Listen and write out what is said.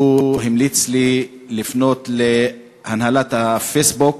הוא המליץ לפנות להנהלת הפייסבוק